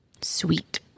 Sweet